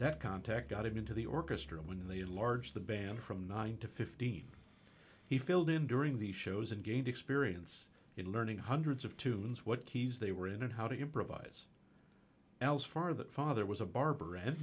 that contact got him into the orchestra when they enlarged the band from nine to fifteen he filled in during the shows and gained experience in learning hundreds of tunes what keys they were in and how to improvise else far that father was a barber and